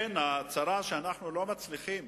הצרה היא שאנחנו לא מצליחים